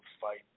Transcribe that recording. fight